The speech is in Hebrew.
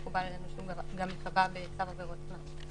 מקובל עלינו גם שהוא יקבע בצו עבירות קנס.